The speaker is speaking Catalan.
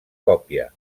còpia